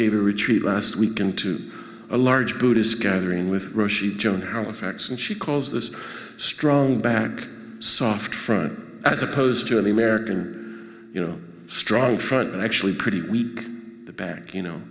gave a retreat last week into a large buddhist gathering with joan halifax and she calls this strong back soft front as opposed to an american you know strong front and actually pretty weak back you know